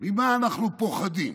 ממה אנחנו פוחדים?